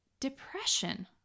depression